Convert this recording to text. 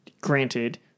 Granted